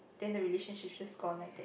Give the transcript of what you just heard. then the relationship just gone like that